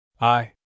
I